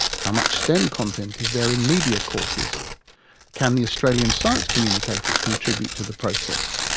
how much stemm content is there in media courses can the australian science communicators contribute to the process?